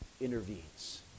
intervenes